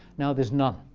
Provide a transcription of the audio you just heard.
now there's none.